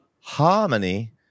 Harmony